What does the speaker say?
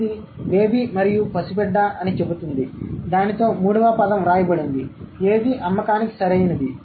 ఇది బేబీ మరియు పసిబిడ్డ అని చెబుతుంది దానితో మూడవ పదం వ్రాయబడింది ఏది అమ్మకానికి సరైనది